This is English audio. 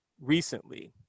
recently